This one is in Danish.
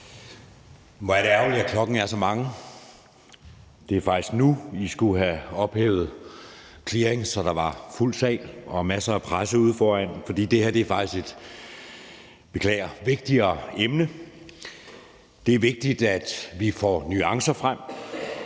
Hvor er det ærgerligt, at klokken er så mange. Det er faktisk nu, I skulle have ophævet clearingen, så der var fuld sal og masser af presse ude foran, for det her er faktisk et – beklager – vigtigere emne. Det er vigtigt, at vi får nuancerne frem,